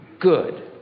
good